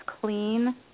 clean